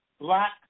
black